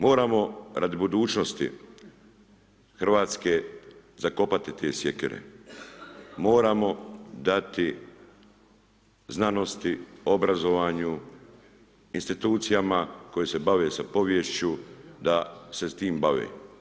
Moramo radi budućnosti RH zakopati te sjekire, moramo dati znanosti, obrazovanju, institucijama koje se bave sa poviješću da se s tim bave.